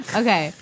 okay